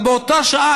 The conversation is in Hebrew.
אבל באותה שעה,